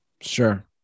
Sure